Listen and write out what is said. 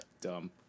Dumb